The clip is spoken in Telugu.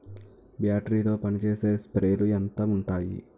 బ్యాటరీ తో పనిచేసే స్ప్రేలు ఎంత ఉంటాయి?